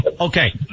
Okay